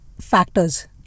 factors